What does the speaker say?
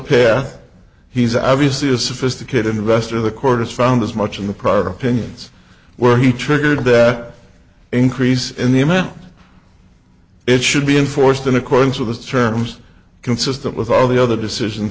path he's obviously a sophisticated investor the court has found as much in the prior opinions where he triggered that increase in the amount it should be enforced in accordance with the terms consistent with all the other decision